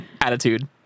attitude